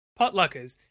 potluckers